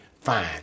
fine